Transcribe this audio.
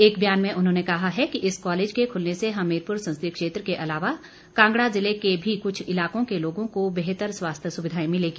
एक बयान में उन्होंने कहा है कि इस कॉलेज के खलने से हमीरपुर संसदीय क्षेत्र के अलावा कांगड़ा जिले के भी कुछ इलाकों के लोगों को बेहतर स्वास्थ्य सुविधाएं मिलेंगी